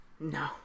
No